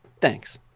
Thanks